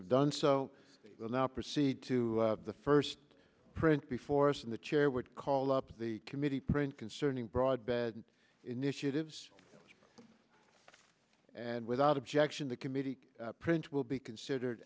have done so we will now proceed to the first print before us in the chair would call up the committee print concerning broad bad initiatives and without objection the committee prints will be considered